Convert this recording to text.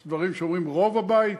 יש דברים שאומרים "רוב הבית",